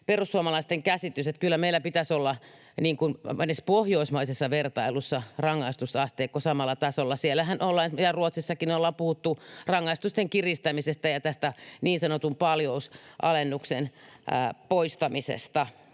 perussuomalaisten käsitys, että kyllä meillä pitäisi olla edes pohjoismaisessa vertailussa rangaistusasteikko samalla tasolla. Ruotsissakin ollaan puhuttu rangaistusten kiristämisestä ja tästä niin sanotun paljousalennuksen poistamisesta.